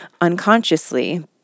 unconsciously